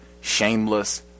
shameless